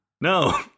No